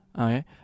Okay